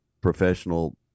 professional